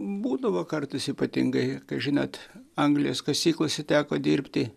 būdavo kartais ypatingai kai žinot anglies kasyklose teko dirbti